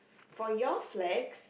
for your flags